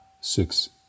six